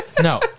No